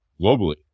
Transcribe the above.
globally